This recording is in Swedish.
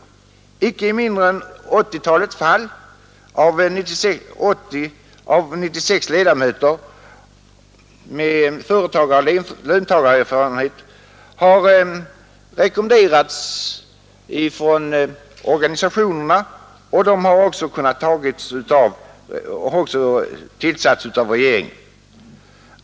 I icke mindre än 80 fall av 96 har de som rekommenderats av dessa organisationer även tillsatts av regeringen.